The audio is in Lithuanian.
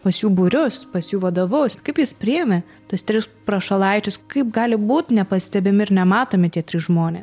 pas jų būrius pas jų vadovus kaip jus priėmė tuos tris prašalaičius kaip gali būt nepastebimi ir nematomi tie trys žmonės